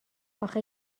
آخه